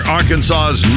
Arkansas's